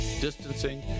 distancing